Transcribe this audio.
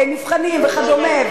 מבחנים וכדומה,